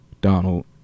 Donald